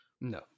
No